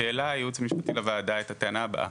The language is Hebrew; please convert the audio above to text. העלה הייעוץ המשפטי לוועדה את הטענה הבאה: